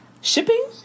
shipping